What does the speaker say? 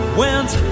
went